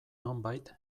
nonbait